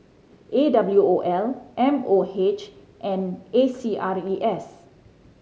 A W O L M O H and A C R E S